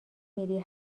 میری